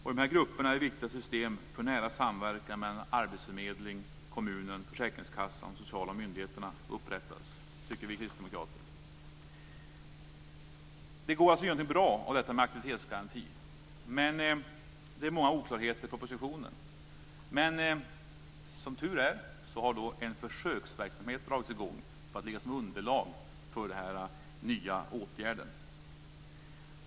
För de här grupperna tycker vi kristdemokrater att det är viktigt att ett system med nära samverkan mellan arbetsförmedlingen, kommunen, försäkringskassan och de sociala myndigheterna upprättas. Det går att göra något bra av detta med aktivitetsgarantin, men det är många oklarheter i propositionen. Som tur är har en försöksverksamhet dragits i gång för att ligga som underlag för den här nya åtgärden.